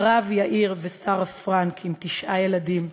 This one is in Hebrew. הרב יאיר ושרה פרנק עם תשעה ילדים,